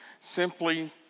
simply